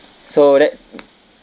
so that